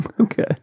Okay